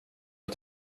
jag